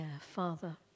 Father